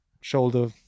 shoulder